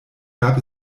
gab